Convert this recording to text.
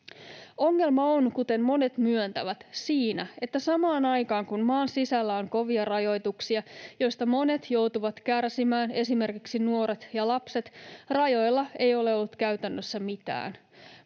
Ongelma on, kuten monet myöntävät, siinä, että samaan aikaan kun maan sisällä on kovia rajoituksia, joista monet joutuvat kärsimään, esimerkiksi nuoret ja lapset, rajoilla ei ole ollut käytännössä mitään.